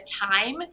time